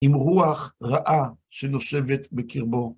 עם רוח רעה שנושבת בקרבו.